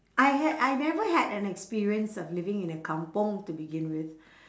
I had I never had an experience of living in a kampung to begin with